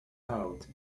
held